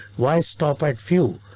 why stop at fuel?